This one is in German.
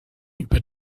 über